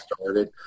started